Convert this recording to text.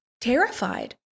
terrified